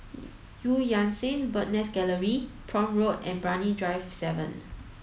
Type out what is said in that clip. Eu Yan Sang Bird's Nest Gallery Prome Road and Brani Drive seven